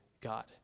God